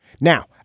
Now